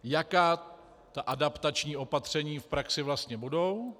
Jaká ta adaptační opatření v praxi vlastně budou?